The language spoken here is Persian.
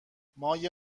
مایه